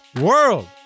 world